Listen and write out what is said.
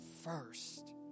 first